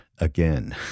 again